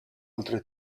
altre